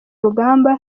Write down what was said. rugamba